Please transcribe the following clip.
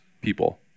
people